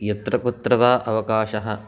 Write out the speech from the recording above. यत्र कुत्र वा अवकाशः